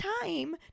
time